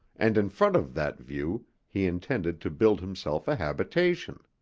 and in front of that view he intended to build himself a habitation.